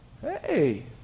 hey